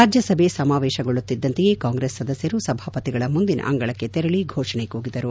ರಾಜ್ಙಸಭೆ ಸಮಾವೇಶಗೊಳ್ಳುತ್ತಿದ್ದಂತೆ ಕಾಂಗ್ರೆಸ್ ಸದಸ್ದರು ಸಭಾಪತಿಗಳ ಮುಂದಿನ ಅಂಗಳಕ್ಕೆ ತೆರಳಿ ಘೋಷಣೆ ಕೂಗಿದರು